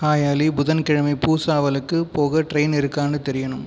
hi Ali புதன்கிழமை பூசாவாலுக்கு போக ட்ரெயின் இருக்கான்னு தெரியணும்